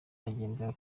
agendera